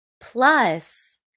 plus